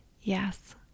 yes